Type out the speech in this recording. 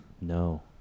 No